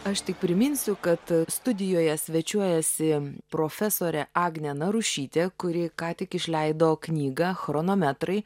aš tik priminsiu kad studijoje svečiuojasi profesorė agnė narušytė kuri ką tik išleido knygą chronometrai